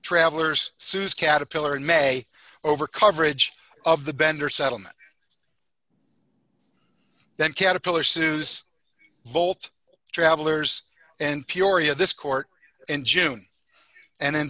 travelers sues caterpillar in may over coverage of the bender settlement then caterpillar sues volt travelers and peoria this court in june and